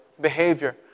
behavior